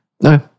No